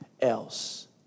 else